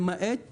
למעט